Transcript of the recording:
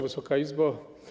Wysoka Izbo!